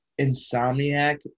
Insomniac